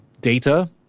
data